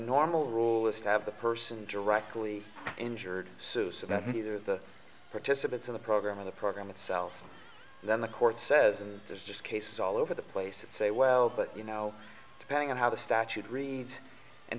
normal rule is to have the person directly injured susa that neither the participants in the program or the program itself than the court says and there's just cases all over the place it's a well you know depending on how the statute reads and